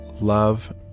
love